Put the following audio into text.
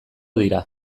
dira